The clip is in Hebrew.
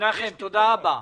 מנחם שפירא, תודה רבה.